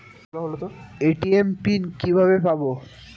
ATM PIN কিভাবে পাবো?